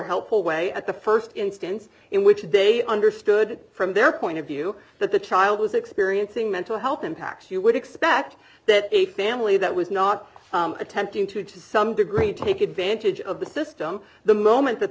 helpful way at the st instance in which they understood from their point of view that the child was experiencing mental health impacts you would expect that a family that was not attempting to to some degree take advantage of the system the moment that